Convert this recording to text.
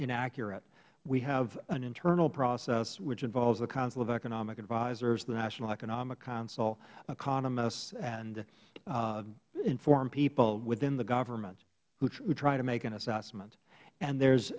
inaccurate we have an internal process which involves the council of economic advisors the national economic council economists and informed people within the government who try to make an assessment and there